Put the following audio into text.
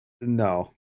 No